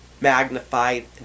magnified